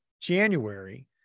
January